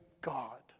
God